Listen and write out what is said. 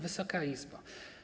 Wysoka Izbo!